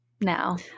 now